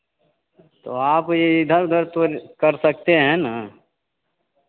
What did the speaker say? तो आप यह इधर उधर तो कर सकते हैं ना